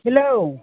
hello